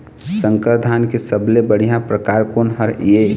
संकर धान के सबले बढ़िया परकार कोन हर ये?